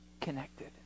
connected